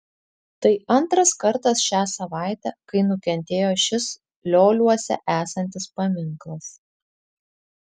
tai antras kartas šią savaitę kai nukentėjo šis lioliuose esantis paminklas